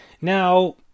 Now